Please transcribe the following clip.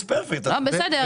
מעט.